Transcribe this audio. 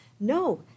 No